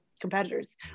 competitors